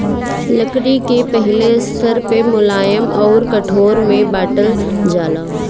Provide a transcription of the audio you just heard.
लकड़ी के पहिले स्तर पअ मुलायम अउर कठोर में बांटल जाला